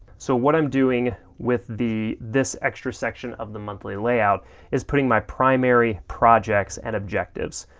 so what i'm doing with the this extra section of the monthly layout is putting my primary projects and objectives.